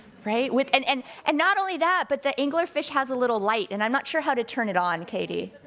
right? and and and not only that, but the angler fish has a little light, and i'm not sure how to turn it on, katy.